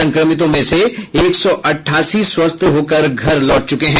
संक्रमितों में से एक सौ अठासी स्वस्थ होकर घर लौट चुके हैं